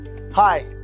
Hi